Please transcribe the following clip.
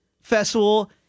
Festival